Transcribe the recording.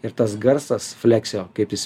ir tas garsas fleksio kaip jis